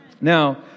Now